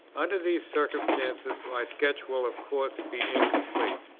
under these circumstances my sketch will of course be incomplete.